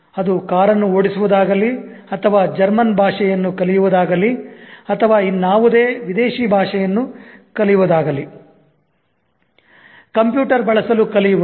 ಅದು ಕಾರನ್ನು ಓಡಿಸುವುದಾಗಲಿ ಅಥವಾ ಜರ್ಮನ್ ಭಾಷೆಯನ್ನು ಕಲಿಯುವುದಾಗಲಿ ಅಥವಾ ಇನ್ನಾವುದೇ ವಿದೇಶಿ ಭಾಷೆಯನ್ನು ಕಲಿಯುವುದಿರಲಿ ಕಂಪ್ಯೂಟರ್ ಬಳಸಲು ಕಲಿಯುವುದು